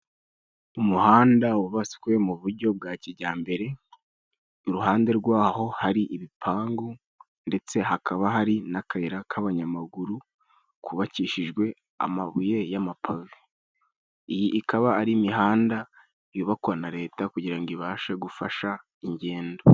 Umuhanda gubatswe mu buryo bwa kijyambere. Iruhande rwawo hari ibipangu, ndetse hakaba hari n'akayira k'abanyamaguru, kubakishijwe amabuye y'amapave. Iyi ikaba ari imihanda yubakwa na Leta kugira ngo ibashe gufasha ingendo.